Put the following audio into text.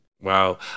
wow